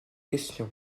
questions